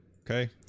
okay